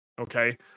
Okay